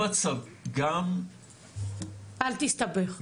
--- אל תסתבך.